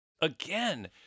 Again